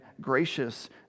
gracious